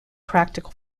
practical